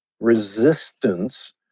resistance